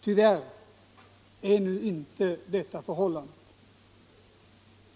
Tyvärr är nu inte detta förhållandet.